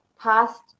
past